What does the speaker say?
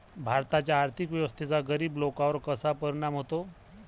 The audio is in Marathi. भारताच्या आर्थिक व्यवस्थेचा गरीब लोकांवर कसा परिणाम होतो?